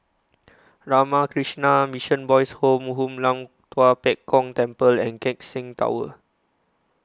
Ramakrishna Mission Boys' Home Hoon Lam Tua Pek Kong Temple and Keck Seng Tower